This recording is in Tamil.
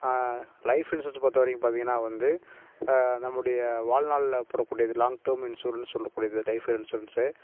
லைஃப் இன்ஷூரன்ஸ் பொறுத்த வரைக்கும் பார்த்தீங்கன்னா வந்து நம்முடைய வாழ்நாள்ல போடக்கூடியது லாங் டேர்ம் இன்ஷூரன்ஸ் சொல்லக்கூடியது லைஃப் இன்ஷூரன்ஸ்